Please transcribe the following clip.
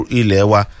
ilewa